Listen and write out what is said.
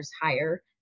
higher